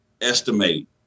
estimate